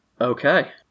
Okay